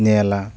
ᱧᱮᱞᱟ